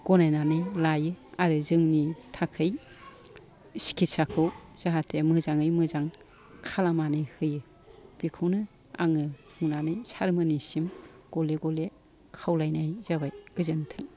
गनायनानै लायो आरो जोंनि थाखाय चिकित्साखौ जाहाथे मोजाङै मोजां खालामनानै होयो बिखौनो आङो बुंनानै सार मोननिसिम गले गले खावलायनाय जाबाय गोजोन्थों